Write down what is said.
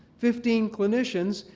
fifteen clinicians,